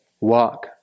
walk